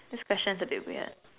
this question's a bit weird